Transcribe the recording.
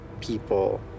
people